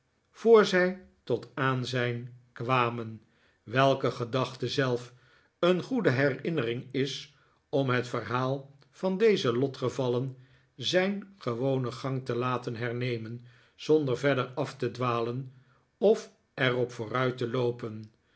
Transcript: voor zij tot aanzijn kwamen welke gedachte zelf een goede herinnering is om het verhaal van deze lotgevallen zijn gewonen gang te laten hernemen zonder verder af te dwalen of er op vooruit te loopen